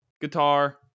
guitar